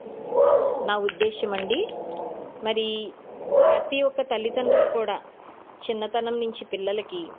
నా ఉద్దేశం అండి మరి ప్రతి ఒక్క తల్లితండ్రులు కూడా చిన్నతనం నుంచి పిల్లలకి